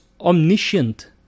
omniscient